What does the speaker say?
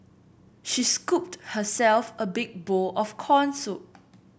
she scooped herself a big bowl of corn soup